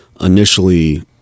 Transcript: initially